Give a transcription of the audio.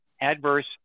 adverse